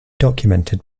documented